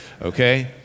okay